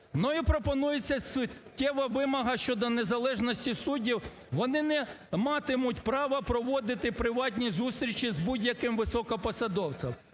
Мною пропонується суттєва вимога щодо незалежності суддів, вони не матимуть права проводити приватні зустрічі з будь-яким високопосадовцем.